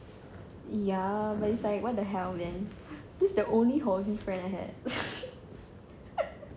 ya but it's like what the hell man that's this is the only hall friend I had